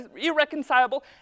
irreconcilable